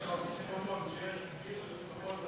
זה אומנם אוקסימורון, כשיש גיל זה פחות טוב.